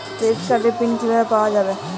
Credit কার্ডের pin কিভাবে পাওয়া যাবে?